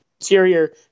interior